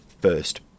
first